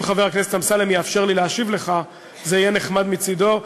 אם חבר הכנסת אמסלם יאפשר לי להשיב לך זה יהיה נחמד מצדו,